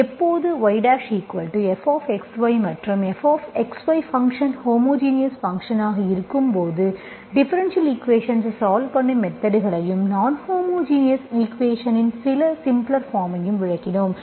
எப்போது yfxy மற்றும் fxy function homogeneous function ஆக இருக்கும்போது டிஃபரென்ஷியல் ஈக்குவேஷன்ஸ் சால்வ் பண்ணும் மெத்தட்களையும் நான்ஹோமோஜினஸ் ஈக்குவேஷன்ஸ் இன் சில சிம்ப்ளர் பார்மையும் விளக்கினோம்